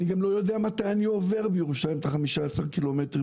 אני לא יודע מתי אני עובר בירושלים את ה-15 ק"מ.